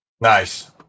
Nice